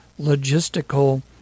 logistical